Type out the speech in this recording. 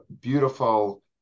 beautiful